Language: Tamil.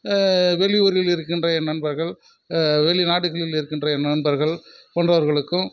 வெளியூரில் இருக்கின்ற என் நண்பர்கள் வெளிநாடுகளில் இருக்கின்ற என் நண்பர்கள் போன்றவர்களுக்கும்